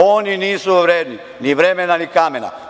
Oni nisu vredni ni vremena, ni kamena.